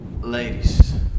Ladies